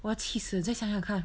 我要气死了你再想想看